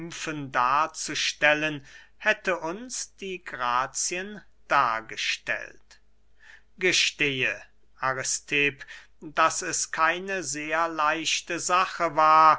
darzustellen hätte uns die grazien dargestellt gestehe aristipp daß es keine sehr leichte sache war